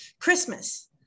christmas